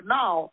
now